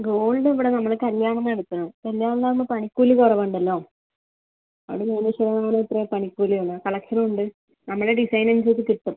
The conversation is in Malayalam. ഗോൾഡിവിടെ നമ്മൾ കല്യാണിൽനിന്നാണ് എടുത്തത് കല്യാണിൽ നിന്നാകുമ്പോൾ പണിക്കൂലി കുറവുണ്ടല്ലോ അവിടെ മൂന്ന് ശതമാനം എത്രയോ പണിക്കൂലിയുള്ളു കളക്ഷനും ഉണ്ട് നമ്മുടെ ഡിസൈൻ അനുസരിച്ച് കിട്ടും